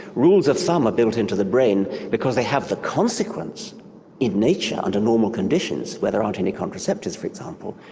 rules of thumb are built in to the brain because they have the consequence in nature, under normal conditions where there aren't any contraceptives, for example,